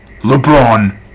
LeBron